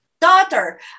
daughter